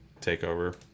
Takeover